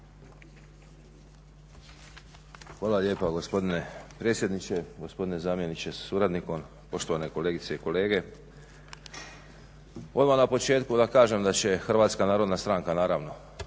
Hvala lijepa gospodine predsjedniče, gospodine zamjeniče sa suradnikom, poštovane kolegice i kolege. Odmah na početku da kažem da će HNS naravno kao